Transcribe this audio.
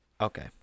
Okay